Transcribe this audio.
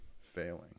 failing